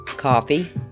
coffee